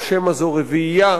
או שמא זו רביעייה